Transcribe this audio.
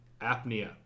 apnea